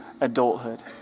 adulthood